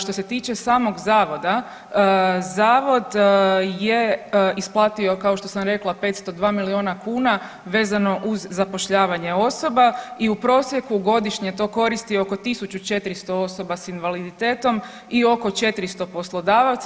Što se tiče samog zavoda, zavod je isplatio kao što sam rekla 502 miliona kuna vezano uz zapošljavanje osoba i u prosjeku godišnje to koristi oko 1.400 osoba s invaliditetom i oko 400 poslodavaca.